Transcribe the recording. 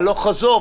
הלוך-חזור,